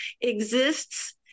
exists